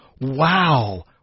Wow